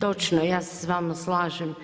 Točno je, ja se s vama slažem